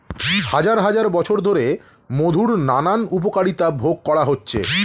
হাজার হাজার বছর ধরে মধুর নানান উপকারিতা ভোগ করা হচ্ছে